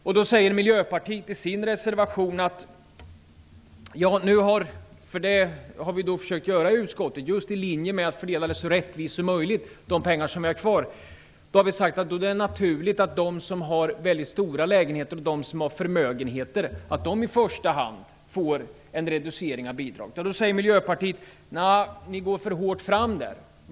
Vi har i utskottet, i linje med att försöka fördela pengarna så rättvist som möjligt, sagt att det är naturligt att de som har väldigt stora lägenheter och förmögenheter i första hand får en reducering av bidraget. Då säger Miljöpartiet i sin reservation att vi går för hårt fram.